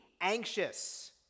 anxious